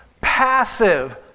passive